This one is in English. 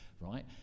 right